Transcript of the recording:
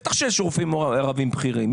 בטח יש רופאים ערבים בכירים.